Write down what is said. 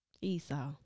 Esau